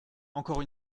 encore